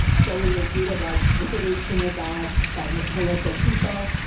so we were greeted like visitors from the gods by the the local people.